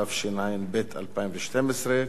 התשע"ב 2012,